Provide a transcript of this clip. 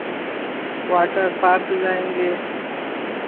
water park जाएंगे